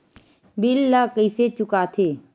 bill ला कइसे चुका थे